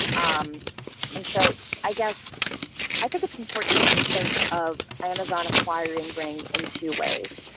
um and so i guess i think it's important to think of amazon acquiring bring in two ways.